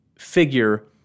figure